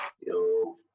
Yo